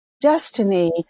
destiny